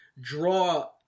draw